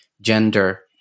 gender